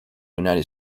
united